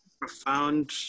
profound